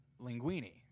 Linguini